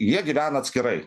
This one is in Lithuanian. jie gyvena atskirai